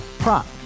Prop